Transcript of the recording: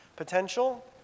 potential